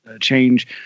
change